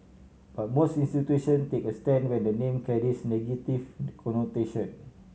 but most institution take a stand when the name carries negative connotation